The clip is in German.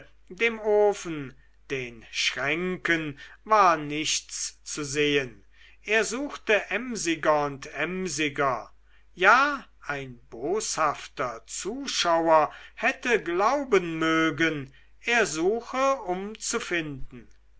dem ofen den schränken war nichts zu sehen er suchte emsiger und emsiger ja ein boshafter zuschauer hätte glauben mögen er suche um zu finden